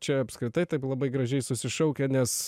čia apskritai taip labai gražiai susišaukia nes